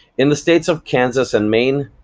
in the states of kansas and maine,